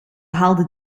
haalde